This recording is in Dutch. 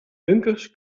bunkers